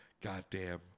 Goddamn